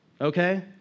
Okay